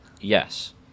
Yes